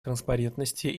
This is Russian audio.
транспарентности